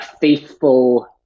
faithful